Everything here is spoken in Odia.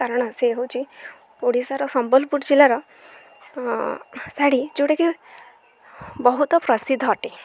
କାରଣ ସେ ହେଉଛି ଓଡ଼ିଶାର ସମ୍ବଲପୁର ଜିଲ୍ଲାର ଶାଢ଼ୀ ଯେଉଁଟାକି ବହୁତ ପ୍ରସିଦ୍ଧ ଅଟେ